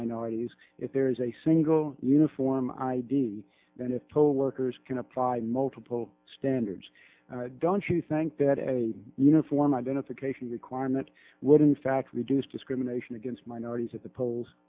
minorities if there is a single uniform id then a poll workers can apply multiple standards don't you think that a uniform identification requirement would in fact reduce discrimination against minorities at the polls